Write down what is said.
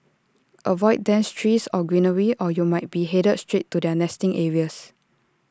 avoid dense trees or greenery or you might be headed straight to their nesting areas